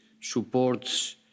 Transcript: supports